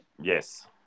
Yes